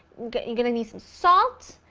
you're going to need some salt,